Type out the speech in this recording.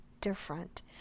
different